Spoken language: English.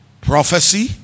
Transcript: Prophecy